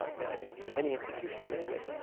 at many institutions anyway.